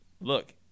look